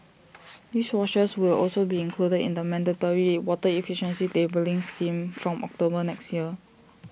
dishwashers will also be included in the mandatory water efficiency labelling scheme from October next year